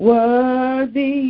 Worthy